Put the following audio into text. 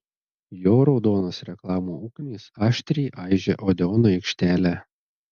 jo raudonos reklamų ugnys aštriai aižė odeono aikštelę